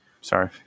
Sorry